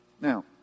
Now